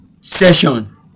session